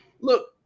look